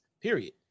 period